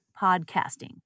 podcasting